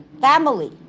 family